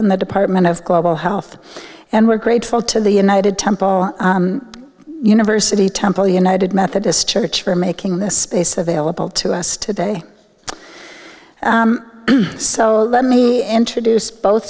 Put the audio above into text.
in the department of global health and we're grateful to the united temple university temple united methodist church for making this space available to us today so let me introduce both